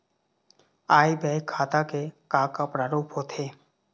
आय व्यय खाता के का का प्रारूप होथे?